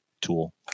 tool